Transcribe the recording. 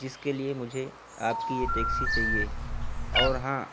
جس کے لیے مجھے آپ کی یہ ٹیکسی چاہیے اور ہاں